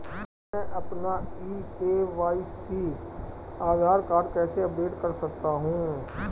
मैं अपना e KYC Aadhaar card कैसे अपडेट कर सकता हूँ?